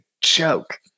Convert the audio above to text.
joke